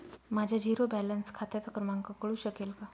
माझ्या zero balance खात्याचा क्रमांक कळू शकेल का?